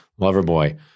Loverboy